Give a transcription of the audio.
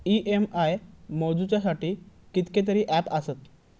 EMI मोजुच्यासाठी कितकेतरी app आसत